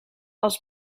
als